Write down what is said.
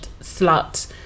slut